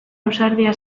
ausardia